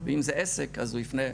אם זה עסק אז הוא ייפנה,